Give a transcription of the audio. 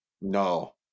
No